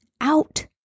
out